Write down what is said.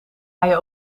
hij